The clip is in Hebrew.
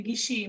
נגישים,